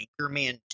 Anchorman